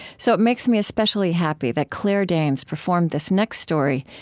so it makes me especially happy that claire danes performed this next story,